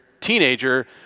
teenager